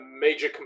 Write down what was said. major